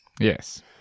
Yes